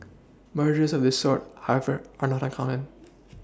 mergers of this sort however are not uncommon